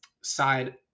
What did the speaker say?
side